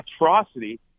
atrocity